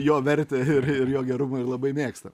jo vertę ir ir jo gerumą ir labai mėgsta